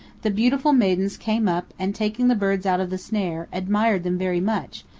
the beautiful maidens came up and, taking the birds out of the snare, admired them very much,